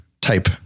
type